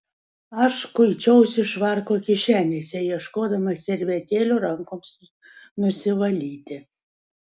aš kuičiausi švarko kišenėse ieškodamas servetėlių rankoms nusivalyti